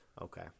Okay